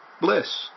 bliss